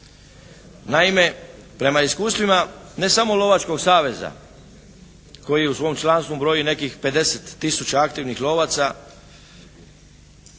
Naime, prema iskustvima ne samo Lovačkog saveza koji u svom članstvu broji nekih 50000 aktivnih lovaca